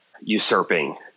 usurping